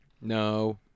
No